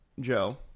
joe